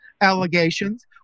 allegations